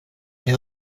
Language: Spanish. que